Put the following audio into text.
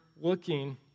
looking